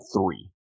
three